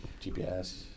GPS